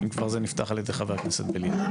אם כבר זה נפתח על ידי חבר הכנסת בליאק.